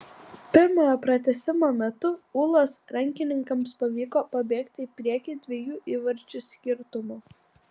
pirmojo pratęsimo metu ūlos rankininkams pavyko pabėgti į priekį dviejų įvarčių skirtumu